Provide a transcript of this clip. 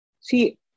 See